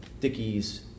Dickie's